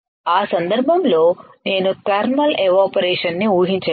ఆ సందర్భంలో నేను థర్మల్ ఎవాపరేషన్ ని ఉపయోగించలేను